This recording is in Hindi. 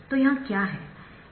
तो यह क्या है